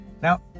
Now